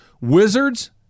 Wizards